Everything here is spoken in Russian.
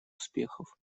успехов